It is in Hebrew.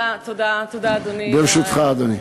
ברשותך, אדוני.